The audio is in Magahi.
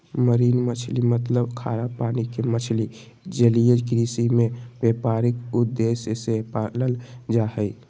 मरीन मछली मतलब खारा पानी के मछली जलीय कृषि में व्यापारिक उद्देश्य से पालल जा हई